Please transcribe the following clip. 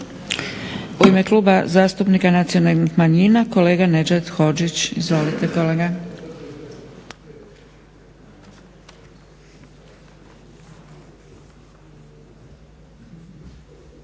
U ime Kluba zastupnika nacionalnih manjina, kolega Nedžad Hodžić, izvolite kolega.